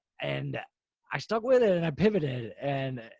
and i stuck with it and i pivoted and